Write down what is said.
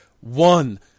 one